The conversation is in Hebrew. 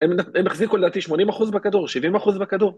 ‫הם החזיקו לדעתי 80 אחוז בכדור? ‫70 אחוז בכדור?